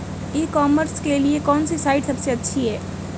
ई commerce के लिए कौनसी साइट सबसे अच्छी है?